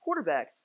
quarterbacks